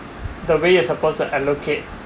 the way it supposed to allocate